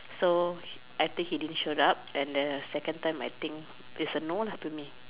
so I think he didn't showed up and then the second time its a no to me